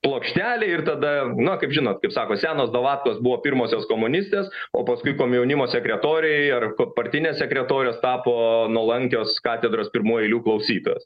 plokštelė ir tada na kaip žinot kaip sako senos davatkos buvo pirmosios komunistės o paskui komjaunimo sekretoriai ar partinės sekretorės tapo nuolankios katedros pirmų eilių klausytojos